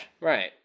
right